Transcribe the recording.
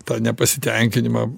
tą nepasitenkinimą